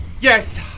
Yes